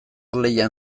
lehian